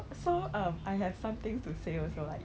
然后 okay 一包 biscuit